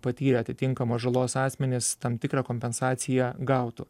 patyrę atitinkamą žalos asmenys tam tikrą kompensaciją gautų